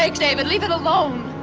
like david, leave it alone!